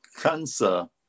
cancer